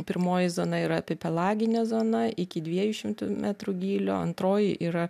pirmoji zona yra epipelaginė zona iki dviejų šimtų metrų gylio antroji yra